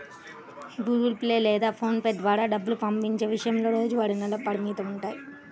Google Pay లేదా PhonePe ద్వారా డబ్బు పంపించే విషయంలో రోజువారీ, నెలవారీ పరిమితులున్నాయి